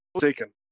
taken